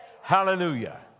Hallelujah